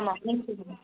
हां